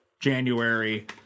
January